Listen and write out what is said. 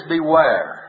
Beware